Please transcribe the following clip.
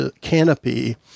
canopy